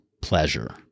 pleasure